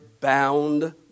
bound